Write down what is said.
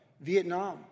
Vietnam